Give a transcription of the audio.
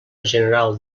general